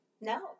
no